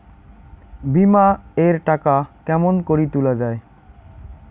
বিমা এর টাকা কেমন করি তুলা য়ায়?